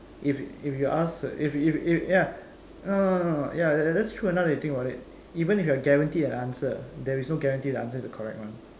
if if if you ask if if if ya no no ya that's true ah now that you think about it even if you are guaranteed an answer there is no guarantee the answer is the correct one